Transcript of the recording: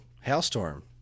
hailstorm